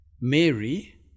Mary